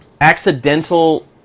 accidental